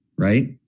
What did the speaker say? Right